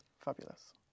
Fabulous